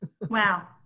Wow